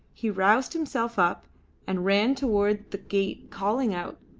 he roused himself up and ran towards the gate calling out,